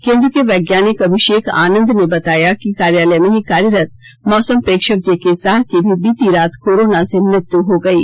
केंद्र के वैज्ञानिक अभिषेक आनंद ने बताया कि कार्यालय में ही कार्यरत मौसम प्रेक्षक जेके साह की भी बीती रात कोरोना से मृत्यू हो गयी